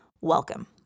welcome